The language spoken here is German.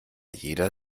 jeder